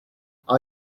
our